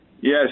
Yes